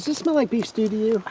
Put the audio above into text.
smell like beef stew to